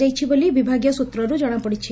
କରାଯାଇଛି ବୋଲି ବିଭାଗୀୟ ସ୍ପୁତ୍ରରୁ ଜଣାପଡ଼ିଛି